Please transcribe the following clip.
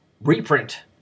reprint